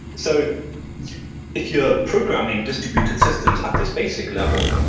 so if you're programming distributed systems at this basic level,